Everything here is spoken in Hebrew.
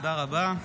תודה רבה.